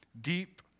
Deep